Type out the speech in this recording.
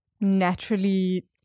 naturally